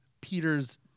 Peter's